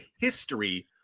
history